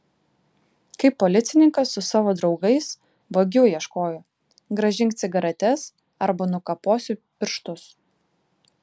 kaip policininkas su savo draugais vagių ieškojo grąžink cigaretes arba nukaposiu pirštus